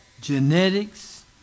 genetics